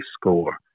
score